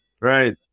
Right